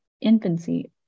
infancy